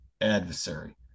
adversary